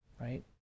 Right